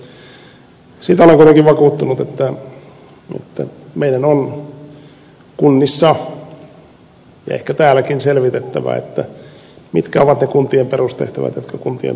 siitä olen kuitenkin vakuuttunut että meidän on kunnissa ja ehkä täälläkin selvitettävä mitkä ovat ne kuntien perustehtävät jotka kuntien tulee hoitaa